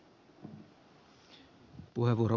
herra puhemies